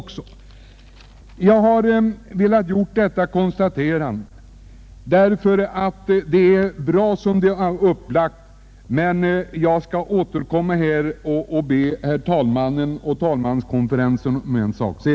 Jag har velat göra detta konstaterande. Själva uppläggningen är bra, men jag skall senare återkomma och be herr talmannen och talmanskonferensen om en sak.